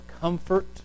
comfort